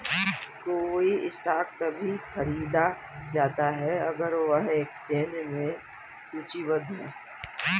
कोई स्टॉक तभी खरीदा जाता है अगर वह एक्सचेंज में सूचीबद्ध है